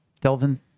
Delvin